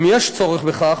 אם יש צורך בכך,